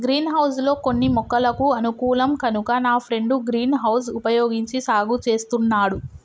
green house లో కొన్ని మొక్కలకు అనుకూలం కనుక నా ఫ్రెండు గ్రీన్ హౌస్ వుపయోగించి సాగు చేస్తున్నాడు